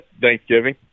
Thanksgiving